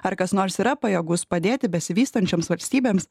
ar kas nors yra pajėgus padėti besivystančioms valstybėms